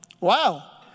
Wow